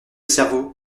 cerveau